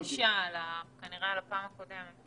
זה כנראה ענישה על הפעם הקודמת.